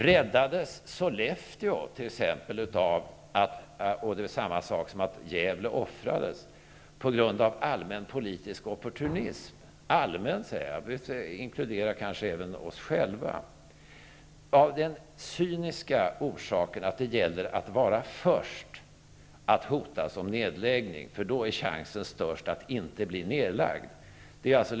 Räddades Sollefteå, på samma sätt som Gävle offrades, på grund av allmän politisk opportunism -- jag säger ''allmän'', vilket innebär att jag kanske också inkluderar oss själva --, av den cyniska orsaken att det gäller att vara först med att hotas av nedläggning, eftersom chansen då är störst att det inte blir någon nedläggning?